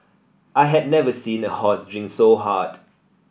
I had never seen a horse drink so hard